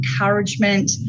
encouragement